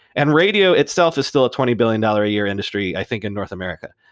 and radio itself is still a twenty billion dollar a year industry, i think in north america.